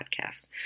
podcast